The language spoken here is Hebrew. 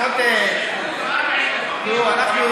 תראו,